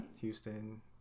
Houston